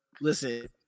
Listen